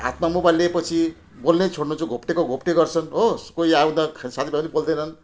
हातमा मोबाइल लिएपछि बोल्नै छोड्नु चाहिँ घोप्टिएको घोप्टियै गर्छन् हो कोई आउँदा साथीभाइ नि बोल्दैनन्